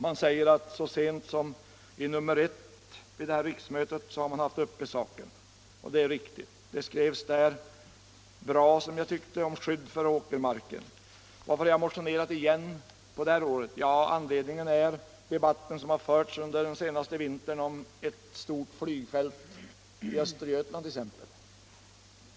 Man säger att så sent som i betänkandet nr 1 vid detta riksmöte har man behandlat saken, och det är riktigt. Det skrevs där bra, som jag tyckte, om skydd för åkermarken. Att jag motionerade igen i år beror på den debatt som har förts under den senaste vintern om ett stort flygfält i Östergötland.